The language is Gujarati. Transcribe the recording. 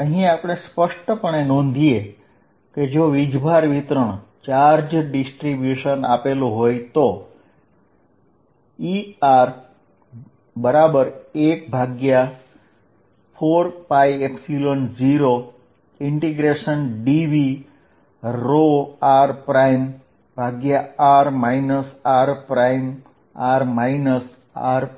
અહીં આપણે સ્પષ્ટપણે નોંધીએ કે જો વીજભાર વિતરણ આપેલું હોય તો Er14π0dVrr r3r